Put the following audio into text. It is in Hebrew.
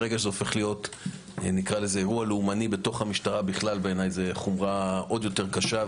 ברגע שזה הופך להיות אירוע לאומני בתוך המשטרה זאת חומרה קשה יותר,